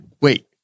wait